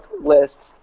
list